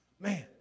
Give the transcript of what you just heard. Man